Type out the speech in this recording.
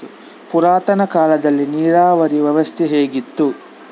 ಪುರಾತನ ಕಾಲದಲ್ಲಿ ನೀರಾವರಿ ವ್ಯವಸ್ಥೆ ಹೇಗಿತ್ತು?